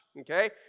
okay